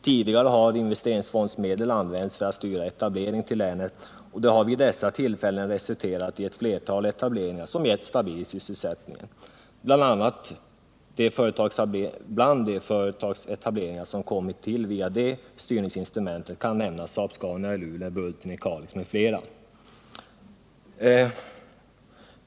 Tidigare har investeringsfondsmedel använts för att styra etablering till länet. Det har resulterat i ett flertal etableringar som gett stabil sysselsättning. Bland de företagsetableringar som kommit till via de styrningsinstrumenten kan nämnas Saab-Scania i Luleå, Bulten i Kalix m.fl.